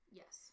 yes